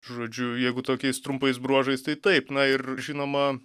žodžiu jeigu tokiais trumpais bruožais tai taip na ir žinoma